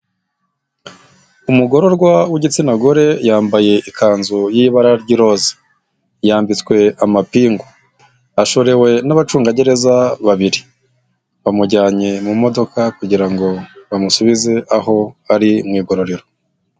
Umugororwa w'igitsina gore yambaye ikanzu y'ibara ry'iroza, yambitswe amapingu ashorewe n'abacungagereza babiri, bamujyanye mu modoka kugira ngo bamusubize aho ari mu igororero.